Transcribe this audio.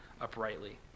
uprightly